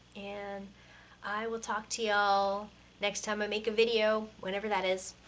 and i will talk to y'all next time i make a video! whenever that is!